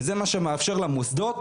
וזה מה שמאפשר למוסדות,